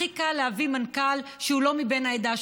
הכי קל להביא מנכ"ל שהוא לא בן העדה,